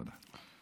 תודה.